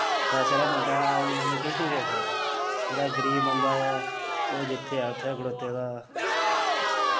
पैसे आह्ला बंदा अज्ज दे जमाने च किश निं करी सकदा जेह्ड़ा गरीब बंदा ऐ ओह् जित्थै है उत्थै खड़ोते दा